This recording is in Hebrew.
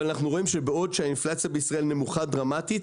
אבל אנחנו רואים שבעוד שהאינפלציה בישראל נמוכה דרמטית,